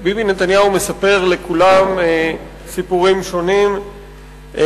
מר נתניהו מספר סיפורים שונים לחלוטין לאנשים שונים,